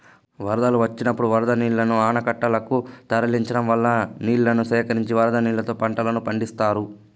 వరదలు వచ్చినప్పుడు వరద నీళ్ళను ఆనకట్టలనకు తరలించడం వల్ల నీళ్ళను సేకరించి వరద నీళ్ళతో పంటలను పండిత్తారు